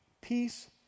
peace